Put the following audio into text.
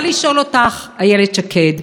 אני רוצה לשאול אותך, איילת שקד.